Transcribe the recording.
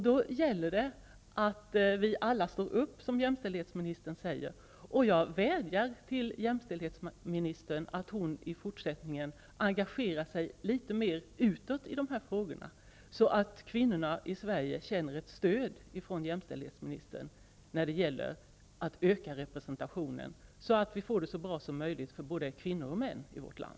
Då gäller det att vi alla står upp, som jämställdhetsministern säger, och jag vädjar till jämställdhetsministern att hon i fortsättningen engagerar sig litet mer utåt i de här frågorna, att kvinnorna i Sverige känner ett stöd från jämställdhetsministern när det gäller att öka kvinnorepresentationen, så att vi får det så bra som möjligt för både kvinnor och män i vårt land.